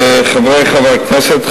חברי חברי הכנסת,